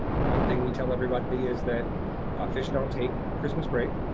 one thing we tell everybody is that fish don't take christmas break,